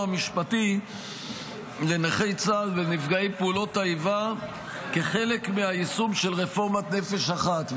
המשפטי לנכי צה"ל ולנפגעי פעולות האיבה כחלק מהיישום של רפורמת נפש אחת.